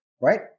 right